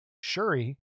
Shuri